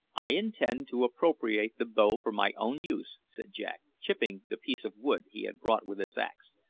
i intend to appropriate the bow for my own use, said jack, chipping the piece of wood he had brought with his axe.